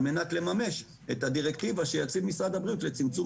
מנת לממש את הדירקטיבה שיציג משרד הבריאות לצמצום